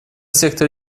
сектор